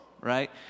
right